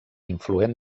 influent